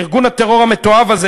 ארגון הטרור המתועב הזה,